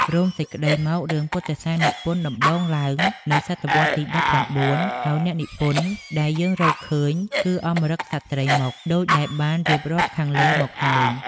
រួមសេចក្តីមករឿងពុទ្ធសែននិពន្ធដំបូងឡើងនៅស.វទី១៩ ហើយអ្នកនិពន្ធដែលយើងរកឃើញ គឺអម្រឹតក្សត្រីម៉ុក ដូចដែលបានរៀបរាប់ខាងលើមកហើយ។